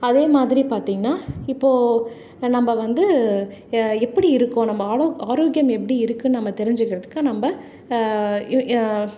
அதே மாதிரி பார்த்திங்கன்னா இப்போது நம்ப வந்து எப்படி இருக்கோம் நம்ம ஆலோ ஆரோக்கியம் எப்படி இருக்குதுன்னு நம்ம தெரிஞ்சுக்கிறதுக்கு நம்ப